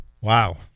Wow